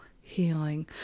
healing